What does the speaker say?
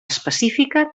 específica